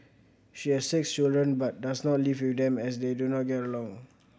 she has six children but does not live with them as they do not get along